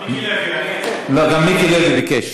גם אני, מיקי לוי ביקש